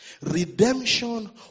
redemption